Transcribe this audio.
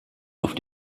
auf